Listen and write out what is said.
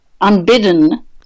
unbidden